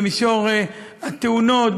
במישור התאונות,